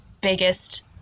biggest